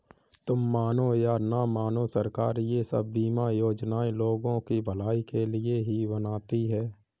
तुम मानो या न मानो, सरकार ये सब बीमा योजनाएं लोगों की भलाई के लिए ही बनाती है